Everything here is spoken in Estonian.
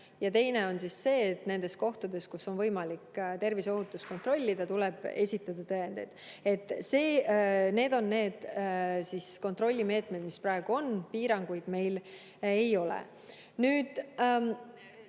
Ja teine nõue on see, et nendes kohtades, kus on võimalik terviseohutust kontrollida, tuleb esitada tõendeid. Need on kontrollimeetmed, mis praegu on, piiranguid meil ei ole. Tõesti,